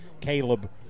Caleb